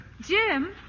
Jim